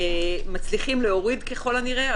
אנחנו מצליחים להוריד ככל הנראה,